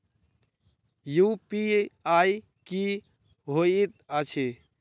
UPI की होइत अछि